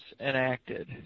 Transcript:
enacted